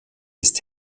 ist